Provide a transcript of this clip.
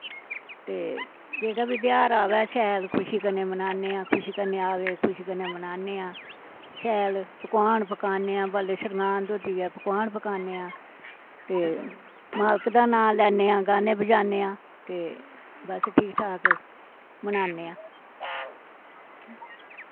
ते जेह्ड़ा बी तेहार आवै शैल खुशी कन्नै मनान्ने आं खुशी कन्नै अवै खुशी कन्नै मनान्ने आं शैल पकोआंन पकाने आं बल्ले संगरांद होंदी ऐ पकोआन पकाने आं ते मालक दा नांऽ लैन्ने आं गान्ने बजान्ने आं ते बस ठीक ठाक मनान्ने आं